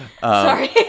Sorry